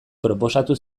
proposatu